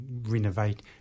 renovate